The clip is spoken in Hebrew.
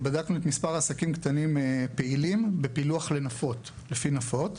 בדקנו את מספר העסקים הקטנים הפעילים בפילוח לפי נפות,